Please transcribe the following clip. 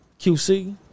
QC